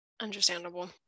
understandable